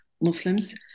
Muslims